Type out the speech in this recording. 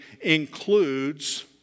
includes